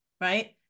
right